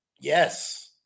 Yes